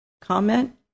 comment